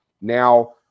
Now